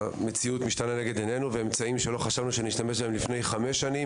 המציאות משתנה לנגד עניינו ואמצעים שלא חשבנו שנשתמש בהם לפני חמש שנים,